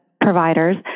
providers